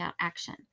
action